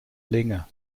länge